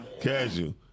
Casual